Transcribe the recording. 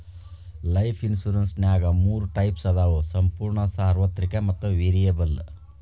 life ಇನ್ಸುರೆನ್ಸ್ನ್ಯಾಗ ಮೂರ types ಅದಾವ ಸಂಪೂರ್ಣ ಸಾರ್ವತ್ರಿಕ ಮತ್ತ ವೇರಿಯಬಲ್